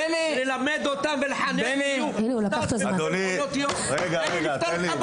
אני יושב פה ואני רואה את